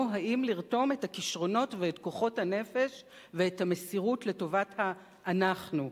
או האם לרתום את הכשרונות ואת כוחות הנפש ואת המסירות לטובת ה"אנחנו"?